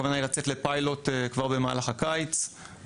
הכוונה היא לצאת לפיילוט כבר במהלך הקיץ,